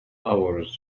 hours